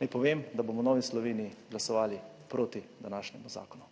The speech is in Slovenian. Naj povem, da bomo v Novi Sloveniji glasovali proti današnjemu zakonu.